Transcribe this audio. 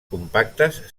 compactes